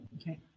Okay